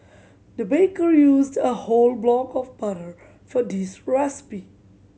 the baker used a whole block of butter for this recipe